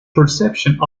perception